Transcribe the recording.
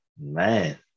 Man